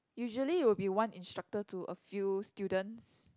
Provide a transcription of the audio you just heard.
usually it will be one instructor to a few students